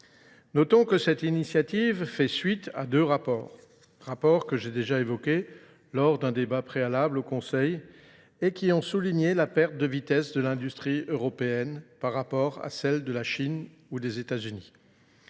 Notons que cette initiative fait suite à deux rapports, rapports que j'ai déjà évoqués lors d'un débat préalable au Conseil et qui ont souligné la perte de vitesse de l'industrie européenne par rapport à celle de la Chine ou des États-Unis.